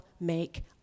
make